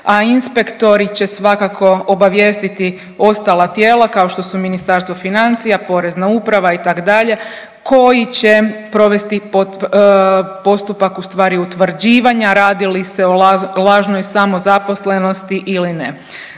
a inspektori će svakako obavijestiti ostala tijela kao što su Ministarstvo financija, Porezna uprava itd., koji će provesti postupak u stvari utvrđivanja radi li se o lažnoj samozaposlenosti ili ne.